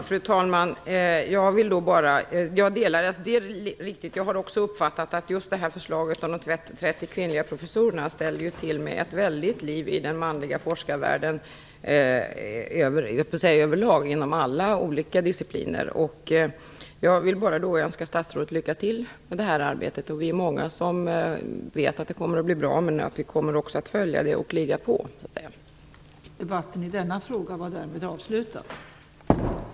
Fru talman! Det är riktigt. Jag har också uppfattat att just förslaget om de 30 kvinnliga professorerna ställer till ett väldigt liv i den manliga forskarvärlden överlag inom alla olika discipliner. Jag önskar statsrådet lycka till i det här arbetet. Vi är många som vet att det kommer att bli bra. Men vi kommer att följa detta och att ligga på.